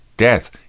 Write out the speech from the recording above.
death